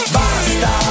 basta